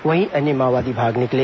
वहीं अन्य माओवादी भाग निकले